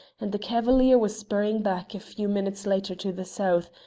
and the cavalier was spurring back a few minutes later to the south,